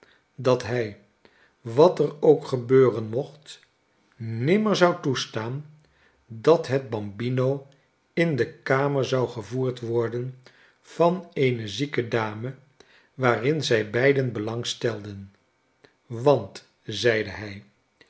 dat hij wat er ook gebeuren mocht nimmer zou toestaan dat het bambino in de kamer zou gevoerd worden van eene zieke dame waarin zij beiden belang stelden want zeide hij